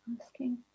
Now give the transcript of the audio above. asking